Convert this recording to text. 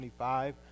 25